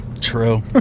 true